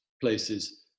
places